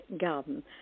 garden